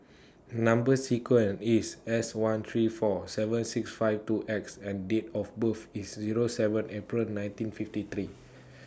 Number sequence IS S one three four seven six five two X and Date of birth IS Zero seven April nineteen fifty three